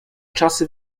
czasy